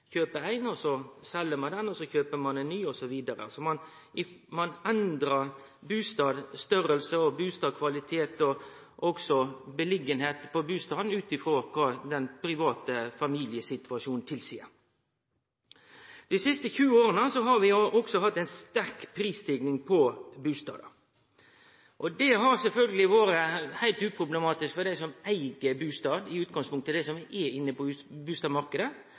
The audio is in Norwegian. kjøper ein bustad og sel, så kjøper ein ein ny og sel, osv. Ein endrar på storleik, kvalitet og plassering av bustaden ut frå det den private familiesituasjonen tilseier. Dei siste 20 åra har ein hatt ei sterk prisstigning på bustader. Det har sjølvsagt vore heilt uproblematisk for dei som i utgangspunktet eig bustad, dei som er inne på